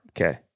Okay